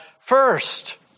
first